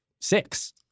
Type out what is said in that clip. six